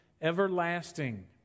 Everlasting